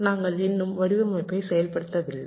நாங்கள் இன்னும் வடிவமைப்பை செயல்படுத்தவில்லை